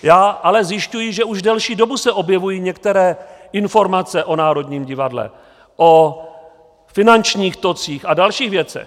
Já ale zjišťuji, že už delší dobu se objevují některé informace o Národním divadle, o finančních tocích a dalších věcech.